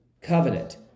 Covenant